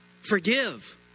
Forgive